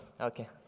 Okay